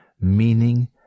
meaning